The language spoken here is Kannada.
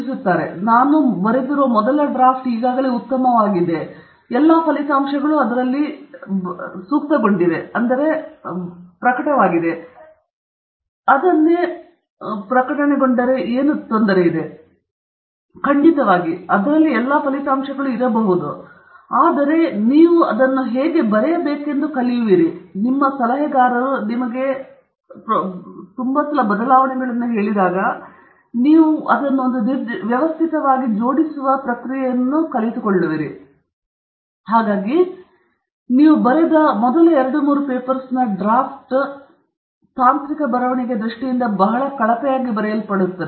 ಮತ್ತು ಪ್ರಾಥಮಿಕವಾಗಿ ಅವರು ಬರೆದಿರುವ ಮೊದಲ ಡ್ರಾಫ್ಟ್ ಈಗಾಗಲೇ ಉತ್ತಮವಾಗಿವೆ ಎಂದು ಅವರು ಅಭಿಪ್ರಾಯಪಡುತ್ತಾರೆ ಎಲ್ಲಾ ಫಲಿತಾಂಶಗಳು ಇವೆ ನಾವು ಅದನ್ನು ಹೊರಗೆ ಹಾಕೋಣ ಆದರೆ ಅನುಭವದೊಂದಿಗೆ ನೀವು ಮೊದಲ ಡ್ರಾಫ್ಟ್ ಅನ್ನು ಹೆಚ್ಚಾಗಿ ಅರ್ಥಮಾಡಿಕೊಳ್ಳುತ್ತೀರಿ ಖಂಡಿತವಾಗಿ ನಿಮ್ಮ ಮೊದಲ ಎರಡು ಮೂರು ಪತ್ರಿಕೆಗಳ ಮೊದಲ ಕರಡು ನಂತರ ನೀವು ಕಲಿಯುವಿರಿ ಖಂಡಿತವಾಗಿ ನೀವು ಅದನ್ನು ಹೇಗೆ ಬರೆಯಬೇಕೆಂದು ಕಲಿಯುವಿರಿ ನೀವು ಬರೆದ ಮೊದಲ ಎರಡು ಮೂರು ಪೇಪರ್ಸ್ನ ಮೊದಲ ಡ್ರಾಫ್ಟ್ ತಾಂತ್ರಿಕ ಬರವಣಿಗೆಯ ದೃಷ್ಟಿಯಿಂದ ಬಹಳ ಕಳಪೆಯಾಗಿ ಬರೆಯಲ್ಪಡುತ್ತದೆ